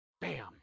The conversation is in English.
Bam